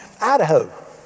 Idaho